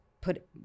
put